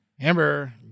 Amber